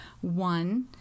One